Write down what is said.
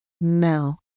now